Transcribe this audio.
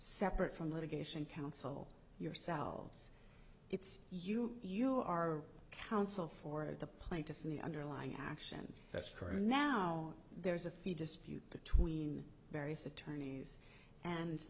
separate from litigation counsel yourselves it's you you are counsel for the plaintiffs the underlying action that's current now there's a fee dispute between various attorneys and